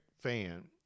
fan